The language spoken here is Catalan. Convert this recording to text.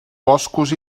boscos